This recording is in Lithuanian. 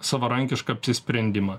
savarankišką apsisprendimą